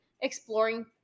exploring